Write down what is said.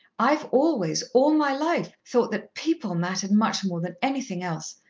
i've always, all my life, thought that people mattered much more than anything else,